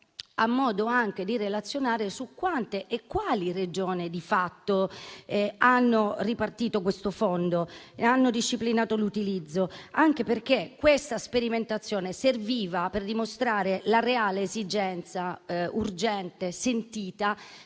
ha modo di relazionare su quante e quali Regioni hanno di fatto ripartito questo fondo e ne hanno disciplinato l'utilizzo. Questa sperimentazione serviva per dimostrare la reale esigenza, urgente e sentita,